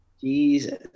Jesus